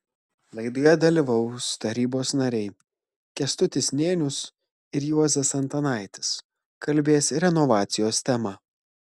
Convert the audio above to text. laidoje dalyvaus tarybos nariai kęstutis nėnius ir juozas antanaitis kalbės renovacijos tema